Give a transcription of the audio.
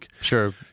sure